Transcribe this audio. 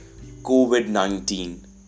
COVID-19